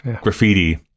graffiti